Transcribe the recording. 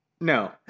no